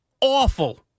awful